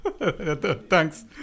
Thanks